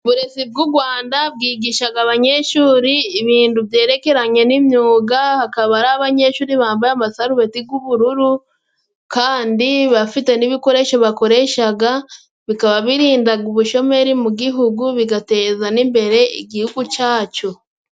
Uburezi bw'u gwanda bwigishaga abanyeshuri ibintu byerekeranye n'imyuga, hakaba ari abanyeshuri bambaye amasarubeti gw'ubururu kandi bafite n'ibikoresho bakoreshaga, bikaba birindaga ubushomeri mu gihugu, bigateza n'imbere igihugu cacu.